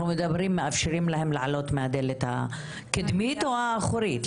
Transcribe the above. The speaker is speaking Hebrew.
אנחנו מדברים אם מאשרים להם לעלות מהדלת הקדמית או האחורית,